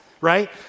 right